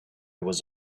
was